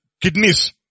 kidneys